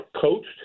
coached